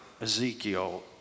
Ezekiel